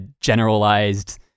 generalized